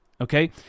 Okay